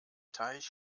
teich